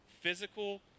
physical